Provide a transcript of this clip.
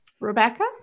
Rebecca